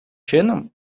чином